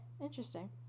interesting